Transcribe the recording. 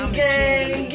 gang